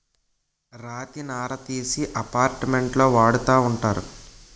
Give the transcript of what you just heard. రాతి నార తీసి అపార్ట్మెంట్లో వాడతా ఉంటారు